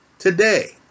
Today